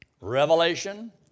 Revelation